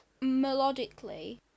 melodically